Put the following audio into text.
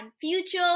future